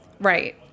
Right